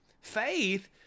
Faith